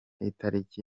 itariki